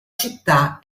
città